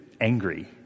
angry